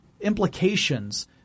implications